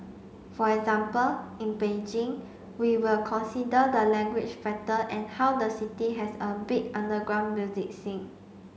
for example in Beijing we will consider the language factor and how the city has a big underground music scene